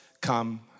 come